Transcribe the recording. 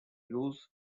use